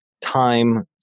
time